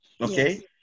Okay